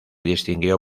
distinguió